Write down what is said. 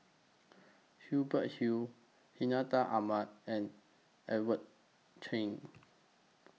Hubert Hill Hartinah Ahmad and Edmund Cheng